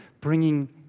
bringing